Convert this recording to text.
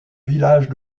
village